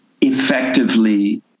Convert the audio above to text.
effectively